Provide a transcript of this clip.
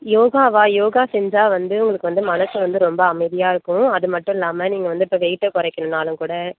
யோகாவா யோகா செஞ்சால் வந்து உங்களுக்கு வந்து மனசு வந்து ரொம்ப அமைதியாக இருக்கும் அது மட்டும் இல்லாமல் நீங்கள் வந்து இப்போ வெயிட்டை குறைக்கணும்னாலும் கூட